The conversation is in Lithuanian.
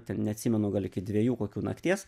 ten neatsimenu gal iki dviejų kokių nakties